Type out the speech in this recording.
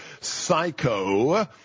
psycho